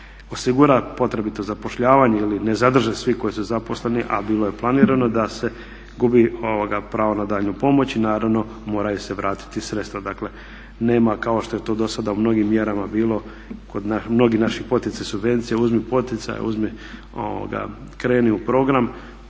osigura potrebito zapošljavanje ili ne zadrže svi koji su zaposleni, a bilo je planirano, da se gubi pravo na daljnju pomoć i naravno moraju se vratiti sredstva. Dakle nema kao što je to do sada u mnogim mjerama bilo kod mnogih naših poticaja i subvencija, uzmi poticaj, kreni u program